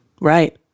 Right